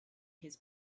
his